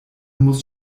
muss